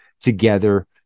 together